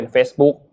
Facebook